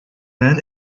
men